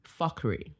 fuckery